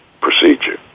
procedure